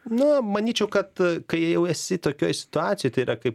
na manyčiau kad kai jau esi tokioje situacijoje tai yra kaip